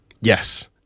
yes